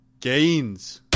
gains